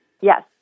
Yes